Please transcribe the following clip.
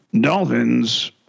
dolphins